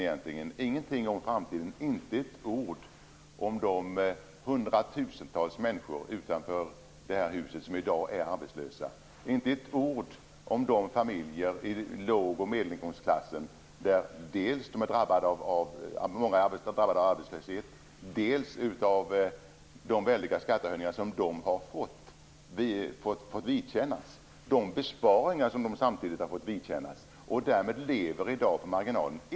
Ingenting sade han om framtiden, inte ett ord om de hundratusentals människor utanför det här huset som i dag är arbetslösa, inte ett ord om de familjer i låg och medelinkomstklassen där många dels är drabbade av arbetslöshet, dels av de väldiga skattehöjningar som de har fått vidkännas. Samtidigt har de fått vidkännas besparingar och lever därmed i dag på marginalen.